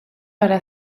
para